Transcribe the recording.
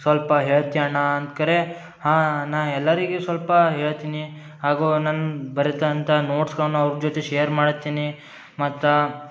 ಸ್ವಲ್ಪ ಹೇಳ್ತಿಯ ಅಣ್ಣ ಅಂದ್ಕರೆ ಹಾಂ ನಾ ಎಲ್ಲರಿಗು ಸ್ವಲ್ಪ ಹೇಳ್ತೀನಿ ಹಾಗು ನಾನು ಬರೆದಂಥ ನೋಟ್ಸ್ಗಳನ್ನ ಅವ್ರ ಜೊತೆ ಶೇರ್ ಮಾಡ್ಲತಿನಿ ಮತ್ತು